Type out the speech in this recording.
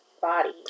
body